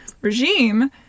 regime